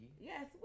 Yes